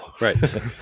Right